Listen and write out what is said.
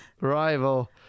rival